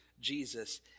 Jesus